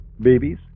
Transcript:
babies